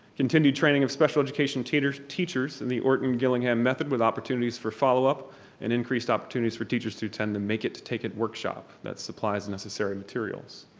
continued training of special education teachers teachers in the orton gillingham method with opportunities for followup and increased opportunities for teachers to attend to make it, take it workshop that supplies necessary materials.